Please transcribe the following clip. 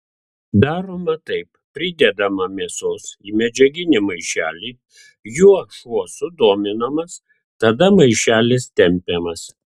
daroma taip pridedama mėsos į medžiaginį maišelį juo šuo sudominamas tada maišelis tempiamas